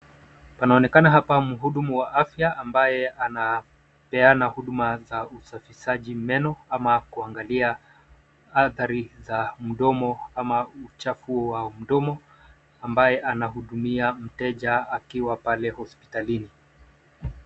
Kunaonekana hapa mhudumu wa afya ambaye anapeana huduma za usafishaji meno ama kuangalia hadhari za mdomo ama uchafu wa mdomo ambaye anahudumia mteja akiwa pale hospitalini.